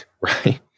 right